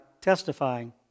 testifying